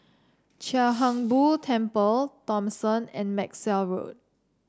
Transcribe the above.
Chia Hung Boo Temple Thomson and Maxwell Road